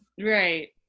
Right